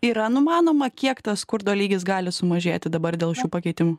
yra numanoma kiek tas skurdo lygis gali sumažėti dabar dėl šių pakeitimų